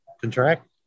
contract